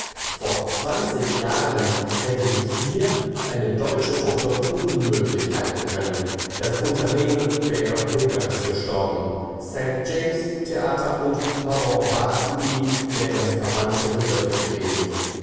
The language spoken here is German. vor zwanzig jahren hätte sich hier eine deutsche truppe unmöglich halten können das unternehmen wäre hungers gestorben st james theater und horror vacui wären verwandte begriffe gewesen